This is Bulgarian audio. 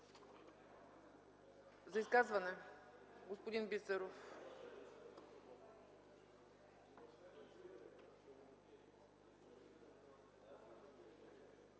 За изказване – господин Миков.